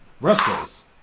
Wrestlers